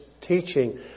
teaching